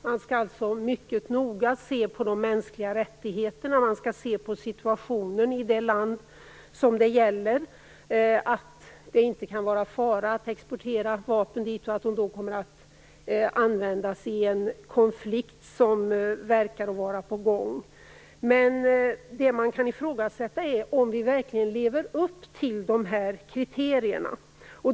Man skall alltså mycket noga se på de mänskliga rättigheterna och på situationen i det land som det gäller, så att det inte kan vara en fara att exportera vapen dit för att användas i en konflikt som verkar vara på gång. Vad som kan ifrågasättas är om vi verkligen lever upp till de här kriterierna.